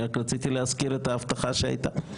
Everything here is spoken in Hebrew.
רק רציתי להזכיר את ההבטחה שהייתה.